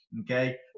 okay